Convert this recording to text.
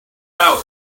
out